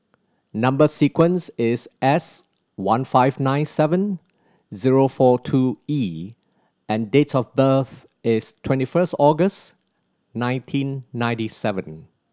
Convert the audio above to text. number sequence is S one five nine seven zero four two E and date of birth is twenty first August nineteen ninety seven